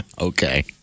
Okay